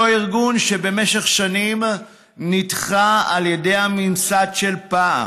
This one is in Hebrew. אותו ארגון שבמשך שנים נדחה על ידי הממסד של פעם